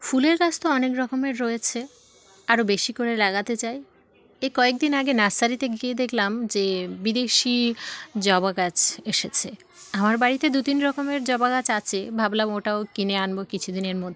ফুলের গাছ তো অনেক রকমের রয়েছে আরও বেশি করে লাগাতে চাই এ কয়েক দিন আগে নার্সারিতে গিয়ে দেখলাম যে বিদেশি জবা গাছ এসেছে আমার বাড়িতে দুই তিন রকমের জবা গাছ আছে ভাবলাম ওটাও কিনে আনবো কিছু দিনের মধ্যেই